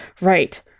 right